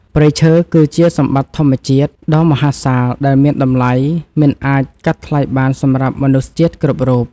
ព្រៃឈើគឺជាសម្បត្តិធម្មជាតិដ៏មហាសាលដែលមានតម្លៃមិនអាចកាត់ថ្លៃបានសម្រាប់មនុស្សជាតិគ្រប់រូប។ព្រៃឈើគឺជាសម្បត្តិធម្មជាតិដ៏មហាសាលដែលមានតម្លៃមិនអាចកាត់ថ្លៃបានសម្រាប់មនុស្សជាតិគ្រប់រូប។